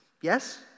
Yes